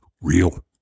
real